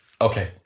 Okay